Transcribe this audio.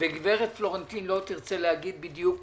וגברת פלורנטין לא תרצה להגיד בדיוק